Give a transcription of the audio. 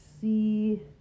see